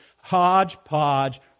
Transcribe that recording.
hodgepodge